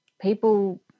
People